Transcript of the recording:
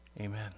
Amen